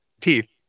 teeth